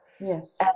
Yes